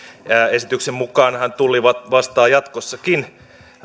esityksen mukaanhan tulli vastaa jatkossakin